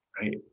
right